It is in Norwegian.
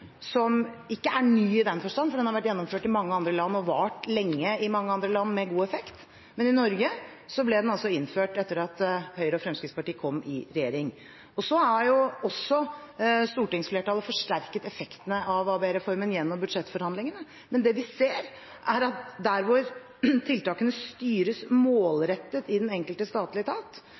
som ikke er ny i den forstand, for den har vært gjennomført i mange andre land og vart lenge i mange andre land med god effekt, men i Norge ble den altså innført etter at Høyre og Fremskrittspartiet kom i regjering. Så har også stortingsflertallet forsterket effektene av avbyråkratiserings- og effektiviseringsreformen gjennom budsjettforhandlingene, men det vi ser, er at der hvor tiltakene styres målrettet i den enkelte statlige etat,